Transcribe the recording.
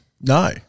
No